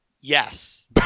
yes